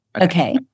Okay